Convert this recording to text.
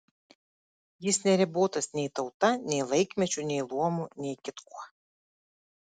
jis neribotas nei tauta nei laikmečiu nei luomu nei kitkuo